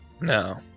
no